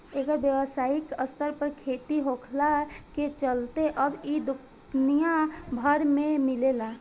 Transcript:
एकर व्यावसायिक स्तर पर खेती होखला के चलते अब इ दुनिया भर में मिलेला